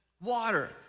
water